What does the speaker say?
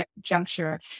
juncture